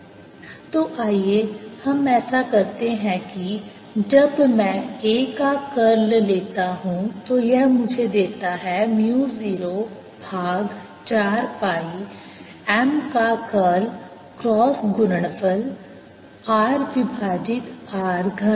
Ar04πmrr3 AB04π3mrr mr3 तो आइए हम ऐसा करते हैं जब मैं A का कर्ल लेता हूं तो यह मुझे देता है म्यू 0 भाग 4 पाई m का कर्ल क्रॉस गुणनफल r विभाजित r घन